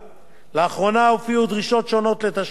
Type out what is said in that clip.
לאחרונה הופיעו דרישות שונות לתשלום הארנונה